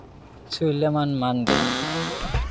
Suleman Mandi